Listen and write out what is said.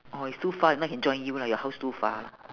oh it's too far if not can join you lah your house too far